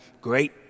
great